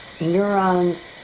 neurons